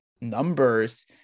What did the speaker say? numbers